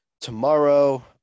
Tomorrow